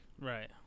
right